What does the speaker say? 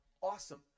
Awesome